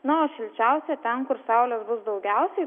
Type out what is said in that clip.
na o šilčiausia ten kur saulės bus daugiausiai